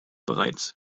bereits